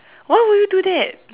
why would you do that